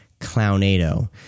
clownado